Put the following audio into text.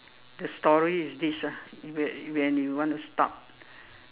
the story is this ah when when you want to start